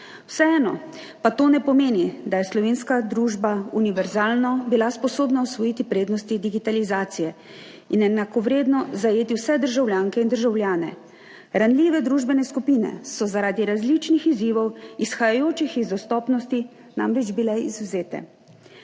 Vseeno pa to ne pomeni, da je bila slovenska družba univerzalno sposobna osvojiti prednosti digitalizacije in enakovredno zajeti vse državljanke in državljane. Ranljive družbene skupine so bile namreč zaradi različnih izzivov, izhajajočih iz dostopnosti, izvzete.